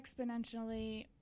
exponentially